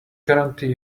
guarantee